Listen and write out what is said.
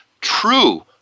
true